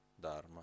Dharma